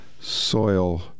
Soil